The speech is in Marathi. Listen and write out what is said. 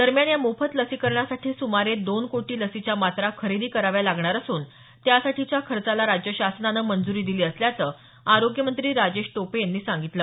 दरम्यान या मोफत लसीकरणासाठी सुमारे दोन कोटी लसीच्या मात्रा खरेदी कराव्या लागणार असून त्यासाठीच्या खर्चाला राज्यशासनानं मंजूरी दिली असल्याचं आरोग्य मंत्री राजेश टोपे यांनी सांगितलं